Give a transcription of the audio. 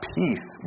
peace